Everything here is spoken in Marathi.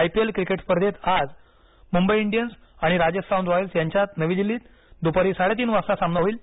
आयपीएल क्रिकेट स्पर्धेत आज मुंबई इंडियन्स आणि राजस्थान रॉयल्स यांच्यात नवी दिल्लीत दुपारी साडे तीन वाजता सामना होईल